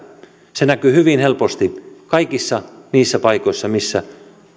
se näkyy hyvin helposti kaikissa niissä paikoissa missä